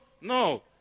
No